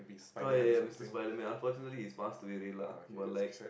oh ya ya ya Mister Spider Man unfortunately he's passed away already lah but like